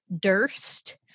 Durst